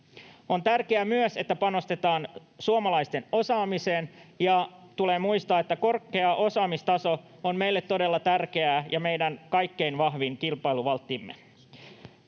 On tärkeää myös, että panostetaan suomalaisten osaamiseen, ja tulee muistaa, että korkea osaamistaso on meille todella tärkeää ja meidän kaikkein vahvin kilpailuvalttimme.